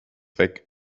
weg